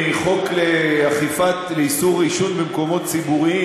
מהחוק לאכיפת איסור עישון במקומות ציבוריים,